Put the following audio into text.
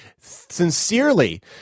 sincerely